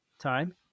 time